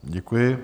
Děkuji.